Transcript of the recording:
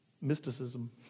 mysticism